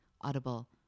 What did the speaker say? Audible